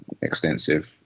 extensive